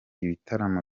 ibitaramo